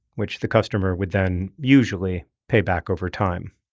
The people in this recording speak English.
which the customer would then, usually, pay back over time